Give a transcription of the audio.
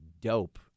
dope